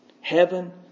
heaven